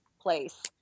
place